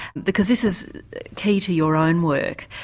because this is key to your own work.